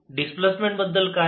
displacement बद्दल काय